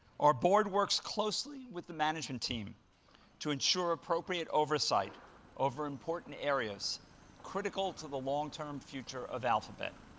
our board works closely with the management team to ensure appropriate oversight over important areas critical to the long-term future of alphabet,